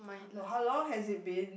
no how long has it been